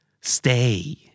Stay